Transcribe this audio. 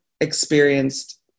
experienced